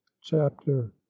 chapter